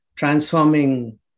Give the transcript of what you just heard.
Transforming